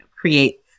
create